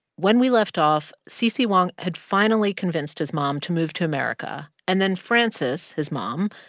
when we left off, cc wang had finally convinced his mom to move to america. and then frances, his mom,